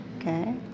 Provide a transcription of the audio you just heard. Okay